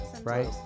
right